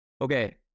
Okay